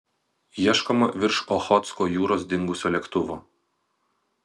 ieškoma virš ochotsko jūros dingusio lėktuvo